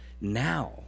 now